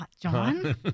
John